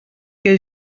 que